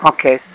Okay